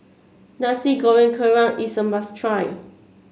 Nasi Goreng Kerang is a must try